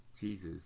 Jesus